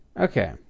okay